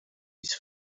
his